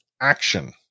action